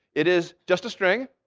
it is just a string.